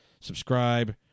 Subscribe